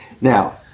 now